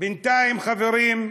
בינתיים, חברים,